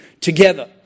together